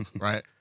Right